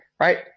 Right